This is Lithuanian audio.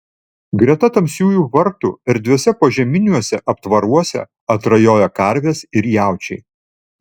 greta tamsiųjų vartų erdviuose požeminiuose aptvaruose atrajoja karvės ir jaučiai